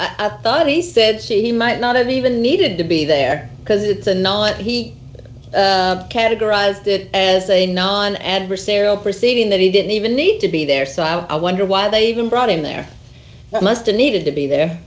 i thought he said he might not have even needed to be there because it's a not he categorize that as a non adversarial proceeding that he didn't even need to be there so i wonder why they even brought him there unless they needed to be there